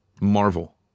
Marvel